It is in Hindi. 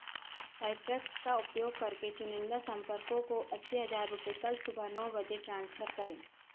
साइट्रस का उपयोग करके चुनिंदा संपर्कों को अस्सी हज़ार रुपये कल सुबह नौ बजे ट्रांसफ़र करें